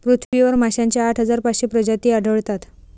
पृथ्वीवर माशांच्या आठ हजार पाचशे प्रजाती आढळतात